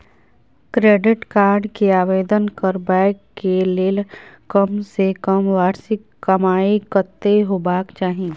Credit card के आवेदन करबैक के लेल कम से कम वार्षिक कमाई कत्ते होबाक चाही?